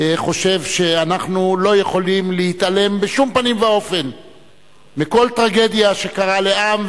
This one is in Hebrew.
חושב שאנחנו לא יכולים להתעלם בשום פנים ואופן מכל טרגדיה שקרתה לעם,